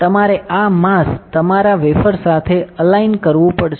તમારે આ માસ તમારા વેફર સાથે અલાઈન કરવું પડશે